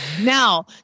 Now